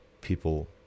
people